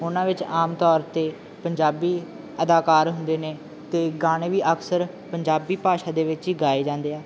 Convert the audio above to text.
ਉਹਨਾਂ ਵਿੱਚ ਆਮ ਤੌਰ 'ਤੇ ਪੰਜਾਬੀ ਅਦਾਕਾਰ ਹੁੰਦੇ ਨੇ ਅਤੇ ਗਾਣੇ ਵੀ ਅਕਸਰ ਪੰਜਾਬੀ ਭਾਸ਼ਾ ਦੇ ਵਿੱਚ ਹੀ ਗਾਏ ਜਾਂਦੇ ਆ